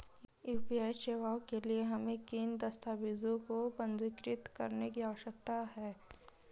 UPI सेवाओं के लिए हमें किन दस्तावेज़ों को पंजीकृत करने की आवश्यकता है?